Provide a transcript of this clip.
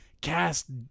cast